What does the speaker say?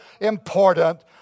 important